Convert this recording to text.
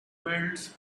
builds